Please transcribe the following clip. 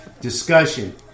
discussion